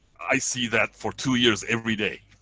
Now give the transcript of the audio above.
i see that for two years every day.